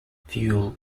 fuel